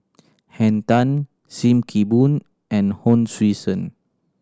Henn Tan Sim Kee Boon and Hon Sui Sen